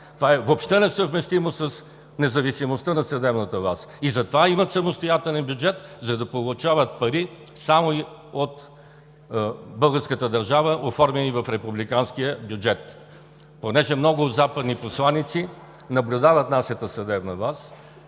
Това въобще е несъвместимо с независимостта на съдебната власт. Затова има самостоятелен бюджет, за да получават пари само от българската държава, оформени в републиканския бюджет. Понеже много западни посланици наблюдават нашата съдебна власт